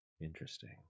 Interesting